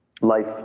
life